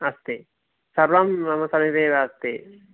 अस्ति सर्वं मम समीपे एव अस्ति